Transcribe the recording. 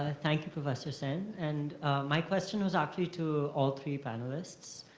thank you professor sen. and my question was actually to all three panelists.